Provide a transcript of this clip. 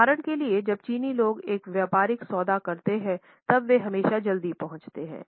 उदाहरण के लिए जब चीनी लोग एक व्यापारिक सौदा करते हैं तब वे हमेशा जल्दी पहुंचते थे